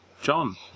John